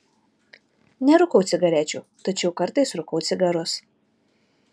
nerūkau cigarečių tačiau kartais rūkau cigarus